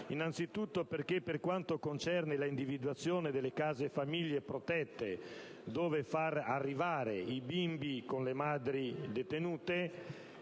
Innanzi tutto, per quanto concerne l'individuazione delle case famiglia protette dove tenere i bimbi con le madri detenute,